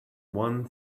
one